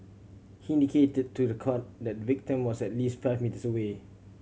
he indicated to the court that the victim was at least five metres away